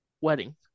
Wedding